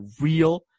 real